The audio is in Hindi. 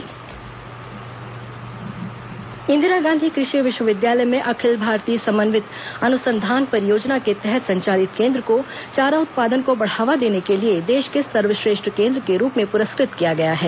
क़षि कार्यशाला इंदिरा गांधी कृषि विश्वविद्यालय में अखिल भारतीय समन्वित अनुसंधान परियोजना के तहत संचालित केंद्र को चारा उत्पादन को बढ़ावा देने के लिए देश के सर्वश्रेष्ठ केन्द्र के रूप में पुरस्कृत किया गया है